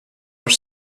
are